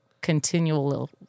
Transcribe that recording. continual